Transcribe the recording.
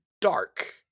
dark